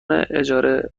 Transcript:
اجاره